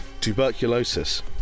tuberculosis